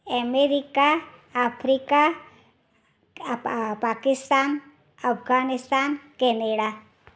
America Africa Pakistan Afghanistan Canada